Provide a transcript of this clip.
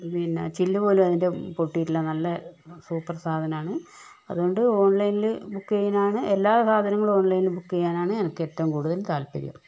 പിന്നെ ചില്ലുപോലും അതിൻ്റെ പൊട്ടിയിട്ടില്ല നല്ല സൂപ്പർ സാധനമാണ് അതുകൊണ്ട് ഓൺലൈനിൽ ബുക്ക് ചെയ്യുന്നതാണ് എല്ലാ സാധനങ്ങളും ഓൺലൈനിൽ ബുക്ക് ചെയ്യാനാണ് എനിക്ക് ഏറ്റവും കൂടുതൽ താല്പര്യം